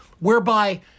whereby